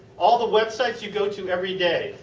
all the websites you go to everyday.